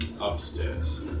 upstairs